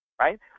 Right